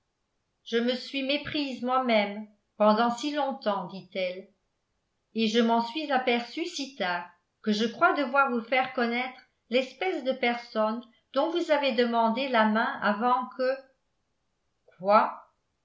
je me suis méprise moi-même pendant si longtemps dit-elle et je m'en suis aperçue si tard que je crois devoir vous faire connaître l'espèce de personne dont vous avez demandé la main avant que quoi